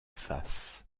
face